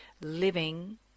living